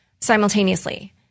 simultaneously